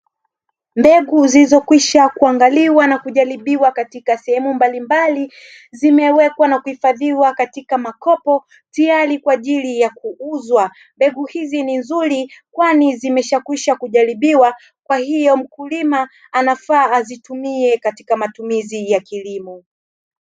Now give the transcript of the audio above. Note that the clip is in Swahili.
Mbegu zilizokwisha kuandaliwa na kujaribiwa katika sehemu mbalimbali zimewekwa na kuhifadhiwa katika makopo tayari kwa ajili ya kuuzwa, mbegu hizi ni nzuri kwani zimeshakwisha kujaribiwa kwahiyo mkulima anafaa azitumie katika matumizi ya kilimo.